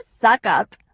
suck-up